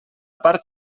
part